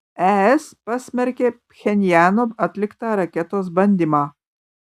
es pasmerkė pchenjano atliktą raketos bandymą